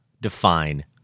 define